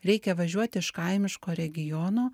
reikia važiuoti iš kaimiško regiono